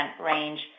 range